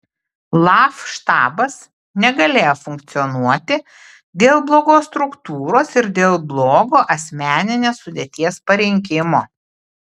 laf štabas negalėjo funkcionuoti dėl blogos struktūros ir dėl blogo asmeninės sudėties parinkimo